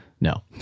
No